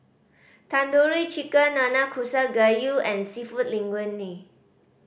Tandoori Chicken Nanakusa Gayu and Seafood Linguine